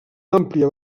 àmplia